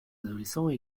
adolescents